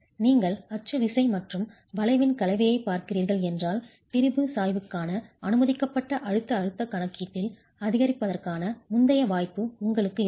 நீங்கள் அச்சு விசை மற்றும் வளைவின் கலவையைப் பார்க்கிறீர்கள் என்றால் திரிபு சாய்வுக்கான அனுமதிக்கப்பட்ட அழுத்த அழுத்தக் கணக்கீட்டில் அதிகரிப்பதற்கான முந்தைய வாய்ப்பு உங்களுக்கு இருந்தது